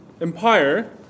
empire